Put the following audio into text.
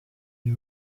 une